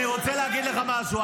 אלמוג, אני רוצה להגיד לך משהו.